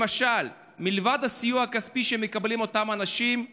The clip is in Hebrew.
למשל, מלבד הסיוע הכספי שמקבלים אותם אנשים, הם